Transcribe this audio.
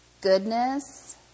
goodness